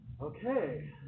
Okay